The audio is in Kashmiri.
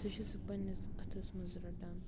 سُہ چھِ سُہ پَنٛنِس اَتھَس مَنٛز رَٹان